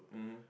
mmhmm